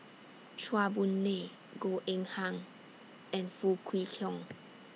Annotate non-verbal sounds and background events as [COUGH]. Chua Boon Lay Goh Eng Han and Foo Kwee Horng [NOISE]